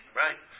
right